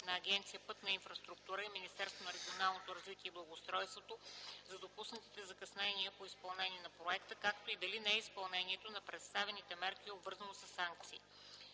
на Агенция „Пътна инфраструктура” и Министерството на регионалното развитие и благоустройството за допуснатите закъснения по изпълнение на проекта, както и дали неизпълнението на представените мерки е обвързано със санкции.